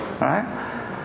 Right